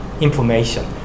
information